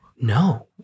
No